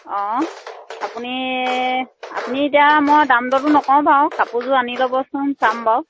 অঁ আপুনি আপুনি এতিয়া মই দামদৰটো নকওঁ বাৰু কাপোৰযোৰ আনি ল'বচোন চাম বাৰু